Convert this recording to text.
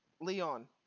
Leon